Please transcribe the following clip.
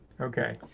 okay